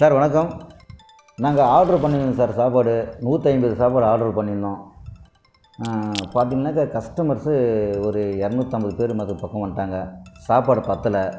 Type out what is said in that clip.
sir வணக்கம் நாங்கள் order பண்ணியிருந்தோம் சார் சாப்பாடு நூற்றைம்பது சாப்பாடு ஆர்டரு பண்ணியிருந்தோம் பார்த்திங்கன்னாக்கா கஸ்டமர்ஸ் ஒரு இரநூத்தம்பது பேர் பக்கம் வந்துட்டாங்க சாப்பாடு பற்றல